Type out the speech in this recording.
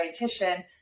dietitian